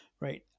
Right